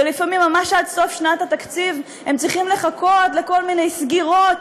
ולפעמים ממש עד סוף שנת התקציב הם צריכים לחכות לכל מיני סגירות